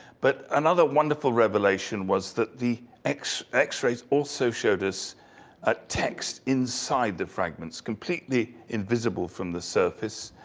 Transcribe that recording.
but another wonderful revelation was that the x-rays x-rays also showed us ah text inside the fragments, completely invisible from the surface,